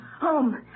Home